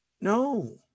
No